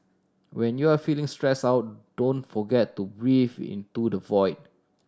when you are feeling stressed out don't forget to breathe into the void